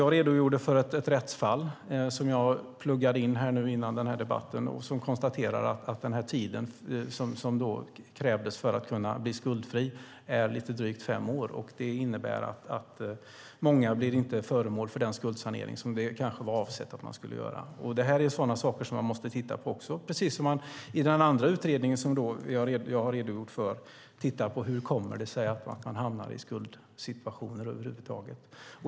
Jag redogjorde för ett rättsfall som jag pluggade in inför den här debatten och konstaterar att tiden som krävs för att bli skuldfri är lite drygt fem år. Det innebär att många inte blir föremål för skuldsanering som var avsikten. Det här är också saker som man måste titta på, precis som man i den andra utredningen som jag har redogjort för ska titta på hur det kommer sig att man hamnar i skuldsituationer över huvud taget.